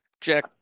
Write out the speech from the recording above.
Jack